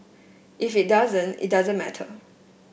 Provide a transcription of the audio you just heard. if it doesn't it doesn't matter